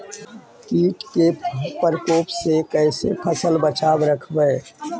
कीट के परकोप से कैसे फसल बचाब रखबय?